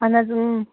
اَہَن حظ